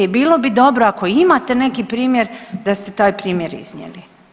I bilo bi dobro ako imate neki primjer da ste taj primjer iznijeli.